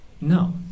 no